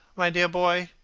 my dear boy,